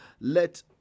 let